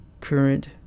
Current